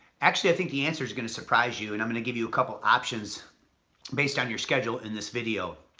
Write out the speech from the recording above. actually, i think the answer is going to surprise you, and i'm going to give you a couple of options based on your schedule in this video.